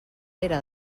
pere